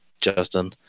Justin